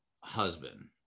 husband